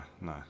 no